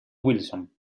wilson